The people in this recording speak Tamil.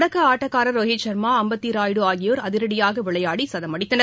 தொடக்க ஆட்டக்காரர் ரோஹித் சர்மா அம்பட்டி ராயுடு ஆகியோர் அதிரடியாக விளையாடி சதம் அடித்தனர்